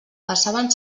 passaven